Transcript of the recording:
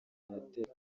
senateri